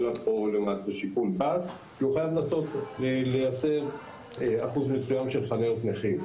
אין לו פה למעשה שיקול דעת כי הוא חייב לייצר אחוז מסוים של חניות נכים.